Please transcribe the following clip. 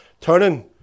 turning